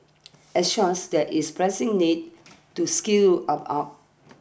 as such there is a pressing need to skill up up